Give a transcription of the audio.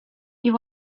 you